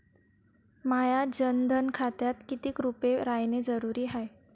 माह्या जनधन खात्यात कितीक रूपे रायने जरुरी हाय?